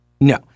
no